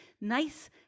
nice